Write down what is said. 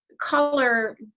color